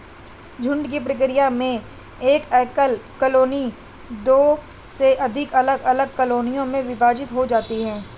झुंड की प्रक्रिया में एक एकल कॉलोनी दो से अधिक अलग अलग कॉलोनियों में विभाजित हो जाती है